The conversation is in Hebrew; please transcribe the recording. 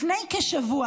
לפני כשבוע,